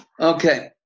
Okay